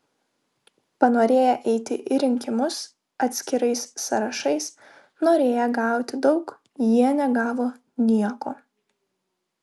panorėję eiti į rinkimus atskirais sąrašais norėję gauti daug jie negavo nieko